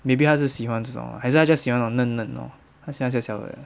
maybe 他是喜欢这种还是他 just 喜欢那种嫩嫩 orh 他喜欢小小的